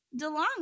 DeLong